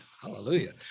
Hallelujah